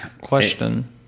Question